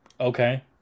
okay